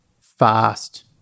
fast